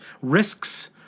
risks